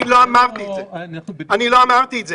אני לא אמרתי את זה,